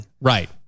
Right